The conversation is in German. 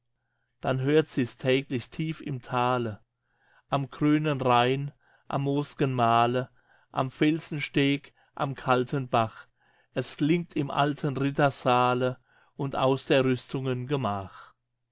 dann hört sie's täglich tief im thale am grünen rain am moos'gen male am felsensteg am klaren bach es klingt im alten rittersaale und aus der rüstungen gemach